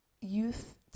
youth